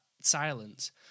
silence